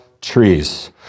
trees